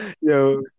Yo